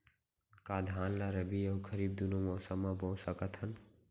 का धान ला रबि अऊ खरीफ दूनो मौसम मा बो सकत हन?